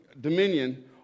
dominion